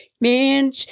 Man